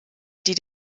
die